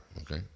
Okay